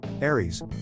Aries